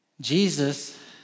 Jesus